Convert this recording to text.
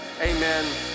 amen